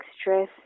stress